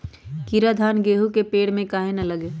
कीरा धान, गेहूं के पेड़ में काहे न लगे?